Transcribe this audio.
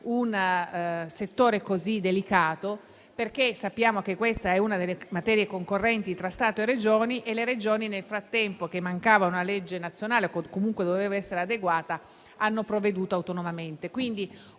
un settore così delicato, perché sappiamo che questa è una delle materie concorrenti tra Stato e Regioni e le Regioni, dato che mancava una legge nazionale o comunque doveva essere adeguata, hanno provveduto autonomamente.